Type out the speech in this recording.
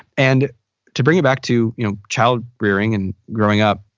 and to bring it back to you know child rearing and growing up.